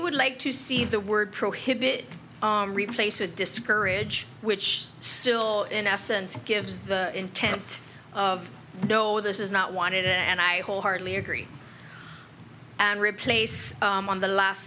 would like to see the word prohibit replace would discourage which still in essence gives the intent of no this is not wanted and i wholeheartedly agree and replace on the last